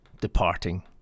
departing